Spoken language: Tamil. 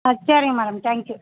ஆ சரிங்க மேடம் தேங்க் யூ